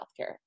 healthcare